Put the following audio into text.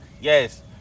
Yes